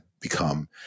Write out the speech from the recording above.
become